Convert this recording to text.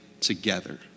together